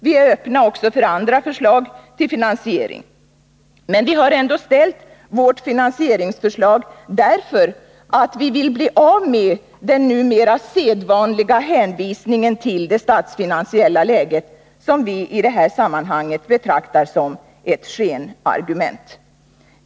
Vi är också öppna för andra förslag till finansiering. Men vi har framställt vårt finansieringsförslag, därför att vi vill bli av med den numera sedvanliga hänvisningen till det statsfinansiella läget, som vi i det här sammanhanget betraktar som ett skenargument.